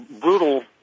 brutal